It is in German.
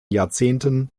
jahrzehnten